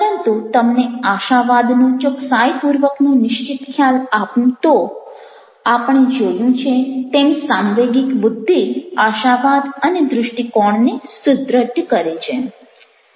પરંતુ તમને આશાવાદનો ચોકસાઈપૂર્વકનો નિશ્ચિત ખ્યાલ આપું તો આપણે જોયું છે તેમ સાંવેગિક બુદ્ધિ આશાવાદ અને દૃષ્ટિકોણને સુદ્રઢ કરે છે